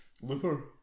Looper